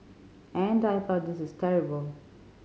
and I thought this is terrible